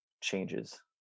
changes